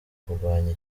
kurwanya